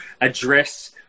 address